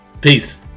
Peace